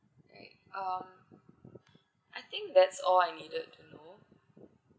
um I think that's all I needed to know